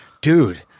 dude